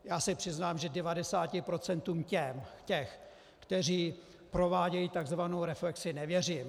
Já se přiznám, že 90 procentům těch, kteří provádějí tzv. reflexi, nevěřím.